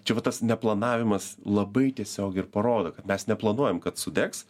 čia va tas neplanavimas labai tiesiogiai ir parodo kad mes neplanuojam kad sudegs